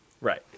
Right